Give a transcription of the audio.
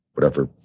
whatever.